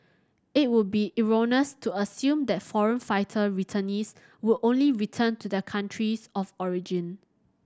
it would be erroneous to assume that foreign fighter returnees would only return to their countries of origin